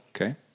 Okay